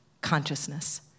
consciousness